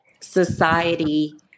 society